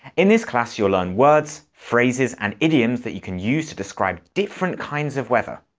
in this class, you'll learn words, phrases and idioms that you can use to describe different kinds of weather.